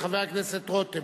חבר הכנסת רותם,